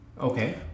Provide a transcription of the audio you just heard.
Okay